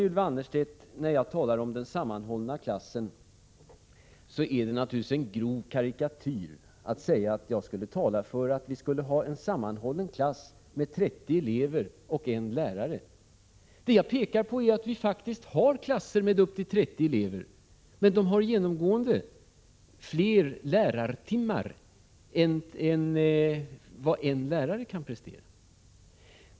Till Ylva Annerstedt: När jag talar om den sammanhållna klassen är det naturligtvis en grov karikatyr att säga att jag skulle tala för att vi skulle ha en sammanhållen klass med 30 elever och en enda lärare. Vad jag pekar på är att vi faktiskt har klasser med upp till 30 elever, men att de har genomgående fler lärartimmar än vad bara en lärare kan prestera.